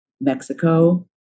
Mexico